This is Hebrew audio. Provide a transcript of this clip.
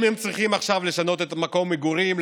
האם הם צריכים עכשיו לשנות את מקום המגורים,